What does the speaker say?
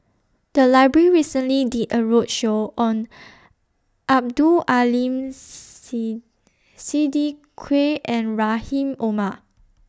The Library recently did A roadshow on Abdul Aleem Say Siddique and Rahim Omar